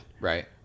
Right